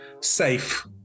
safe